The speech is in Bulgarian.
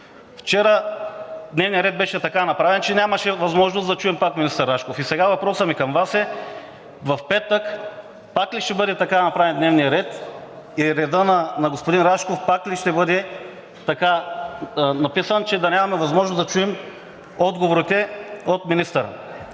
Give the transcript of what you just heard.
Вчера дневният ред беше така направен, че нямаше възможност да чуем пак министър Рашков. И сега въпросът ми към Вас е: в петък пак ли ще бъде така направен дневният ред и редът на господин Рашков пак ли ще бъде така написан, че да нямаме възможност да чуем отговорите на министъра?